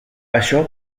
això